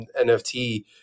NFT